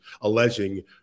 alleging